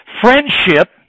friendship